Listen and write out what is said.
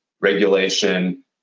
regulation